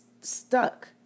stuck